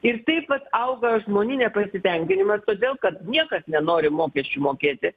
ir taip vat auga žmonių nepasitenkinimas todėl kad niekas nenori mokesčių mokėti